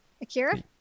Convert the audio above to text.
Akira